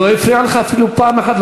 לא הפריע לך אפילו פעם אחת,